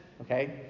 Okay